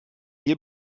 hier